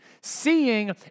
Seeing